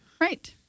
Right